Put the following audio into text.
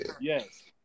Yes